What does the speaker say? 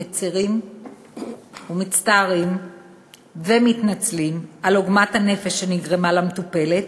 מצרים ומצטערים ומתנצלים על עוגמת הנפש שנגרמה למטופלת.